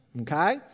Okay